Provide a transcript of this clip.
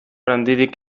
handirik